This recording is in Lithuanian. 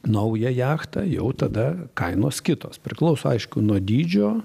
naują jachtą jau tada kainos kitos priklauso aišku nuo dydžio